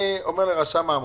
אני אומר לרשם העמותות: